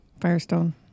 Firestone